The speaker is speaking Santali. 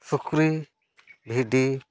ᱥᱩᱠᱨᱤ ᱵᱷᱤᱰᱤ